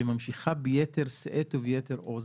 שממשיכה ביתר שאת וביתר עוז